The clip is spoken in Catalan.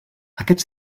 aquests